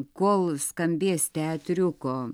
kol skambės teatriuko